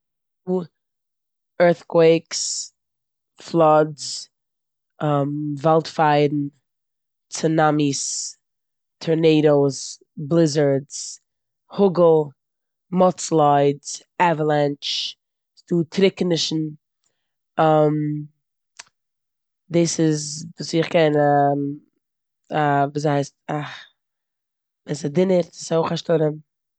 ערטקוועיקס, פלאדס, וואלד פייערן, צונאמיס, טארנעידאס, בליזארדס, האגל, מאד סליידס, עוועלענטש, ס'דא טרוקענישן, דאס איז וואס איך קען. א וויאזוי היי- א- ווען ס'דונערט איז עס אויך א שטורעם.